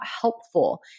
helpful